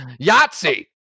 Yahtzee